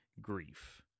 grief